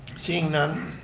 seeing none,